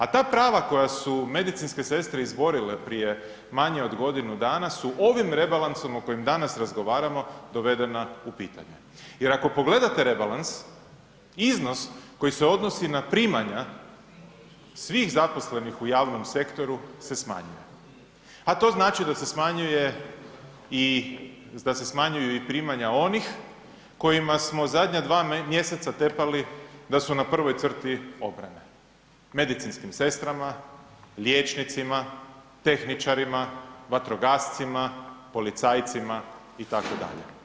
A ta prava koja su medicinske sestre izborile prije manje od godine dana su ovim rebalansom o kojem danas razgovaramo dovedena u pitanje jer ako pogledate rebalans iznos koji se odnosi na primanja svih zaposlenih u javnom sektoru se smanjuje, a to znači da se smanjuju i primanja onih kojima smo zadnja dva mjeseca tepali da su na prvoj crti obrane, medicinskim sestrama, liječnicima, tehničarima, vatrogascima, policajcima itd.